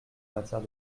matière